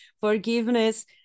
forgiveness